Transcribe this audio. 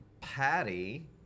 Patty